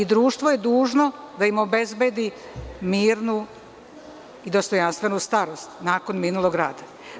Društvo je dužno da im obezbedi mirnu i dostojanstvenu starost nakon minulog rada.